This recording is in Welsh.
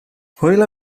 hwyl